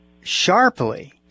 sharply